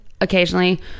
occasionally